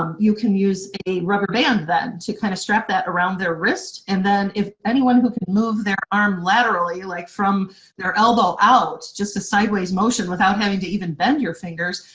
um you can use a rubber band, then, to kind of strap that around their wrist and then if anyone who can move their arm laterally, like from their elbow-out, just a sideways motion without having to even bend your fingers,